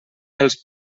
els